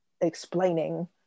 explaining